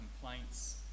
complaints